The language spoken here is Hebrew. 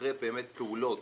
אחרי פעולות